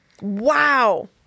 Wow